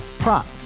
Prop